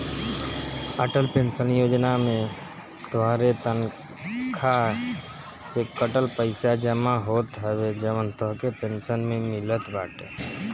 Atal pension Yojana में तोहरे तनखा से कटल पईसा जमा होत हवे जवन तोहके पेंशन में मिलत बाटे